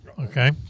Okay